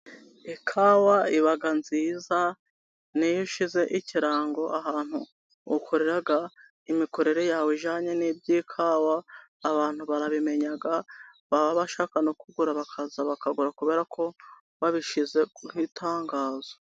Ikawa iba nziza, niyo ushize ikirango ahantu ukorera imikorere yawe ijanye n'iby'ikawa, abantu barabimenya, baba bashaka no kugura bakaza bakagura, kubera ko wabishyize ku itangazo.